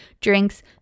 drinks